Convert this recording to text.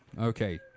Okay